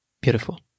Beautiful